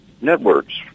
networks